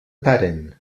tàrent